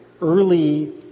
early